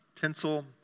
tinsel